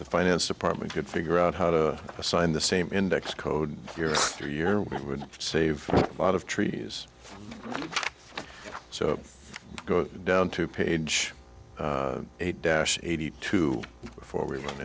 the finance department could figure out how to assign the same index code your three year would save a lot of trees so go down to page eight dash eighty two before we run